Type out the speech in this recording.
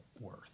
worth